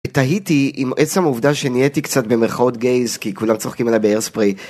תהיתי אם עצם עובדה שנהייתי קצת במחרות גייז כי כולם צוחקים עליה בארספרי.